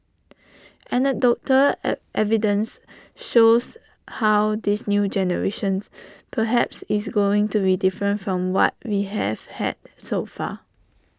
anecdotal envy evidence shows how this new generations perhaps is going to be different from what we have had so far